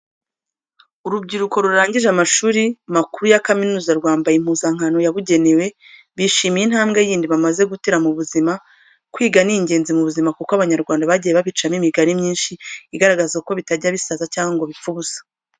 Urubyiruko rurangije amashuri makuru ya kaminuza rwambaye impuzankano yabugenewe, bishimiye intambwe yindi bamaze gutera mu buzima. Kwiga ni ingenzi mu buzima kuko n'Abanyarwanda bagiye babicamo imigani myinshi igaragaza ko bitajya bisaza cyangwa ngo bipfe ubusa.